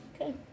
Okay